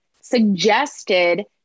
suggested